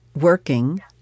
working